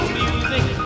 music